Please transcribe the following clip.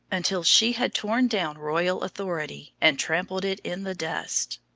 until she had torn down royal authority, and trampled it in the dust.